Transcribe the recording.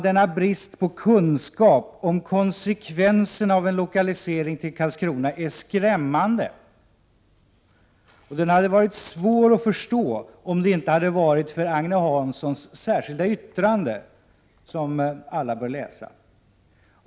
Denna brist på kunskap om konsekvenserna av en lokalisering till Karlskrona är skrämmande och den hade varit svår att förstå om det inte varit för Agne Hanssons särskilda yttrande, som alla bör läsa.